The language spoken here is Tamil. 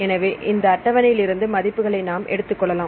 எனவே இந்த அட்டவணையில் இருந்து மதிப்புகளை நாம் எடுத்துக்கொள்ளலாம்